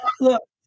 look